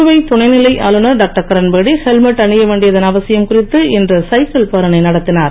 புதுவை துணை நிலை ஆளுநர் டாக்டர் கிரண்பேடி ஹெல்மெட் அணிய வேண்டியதன் அவசியம் குறித்து இன்று சைக்கிள் பேரணி நடத்தினார்